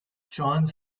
johns